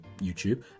YouTube